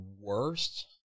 worst